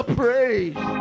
praise